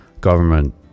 government